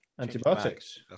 antibiotics